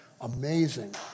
Amazing